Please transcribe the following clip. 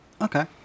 Okay